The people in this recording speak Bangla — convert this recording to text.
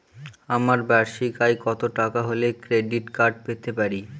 আমার বার্ষিক আয় কত টাকা হলে ক্রেডিট কার্ড পেতে পারি?